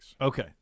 okay